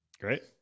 Great